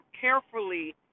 carefully –